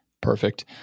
Perfect